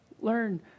Learn